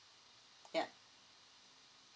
yup